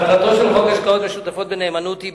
מטרתו של חוק השקעות משותפות בנאמנות היא,